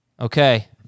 Okay